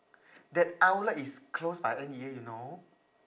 that outlet is closed by N_E_A you know